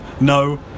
no